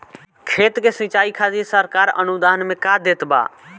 खेत के सिचाई खातिर सरकार अनुदान में का देत बा?